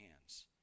hands